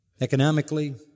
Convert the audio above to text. economically